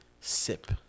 Sip